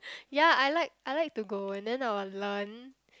ya I like I like to go and then I will learn